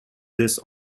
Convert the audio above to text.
this